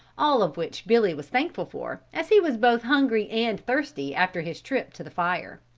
all of which billy was thankful for as he was both hungry and thirsty after his trip to the fire.